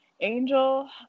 Angel